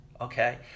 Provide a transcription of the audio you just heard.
okay